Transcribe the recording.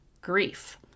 grief